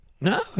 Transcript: no